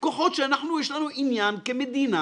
שלשם מילוי תפקידם